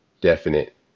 definite